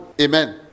Amen